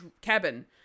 cabin